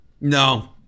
No